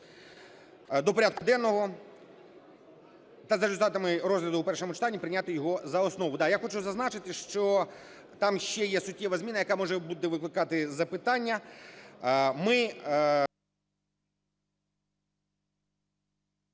до порядку денного та за результатами розгляду у першому читанні прийняти його за основу. Я хочу зазначити, що там ще є суттєва зміна, яка може викликати запитання.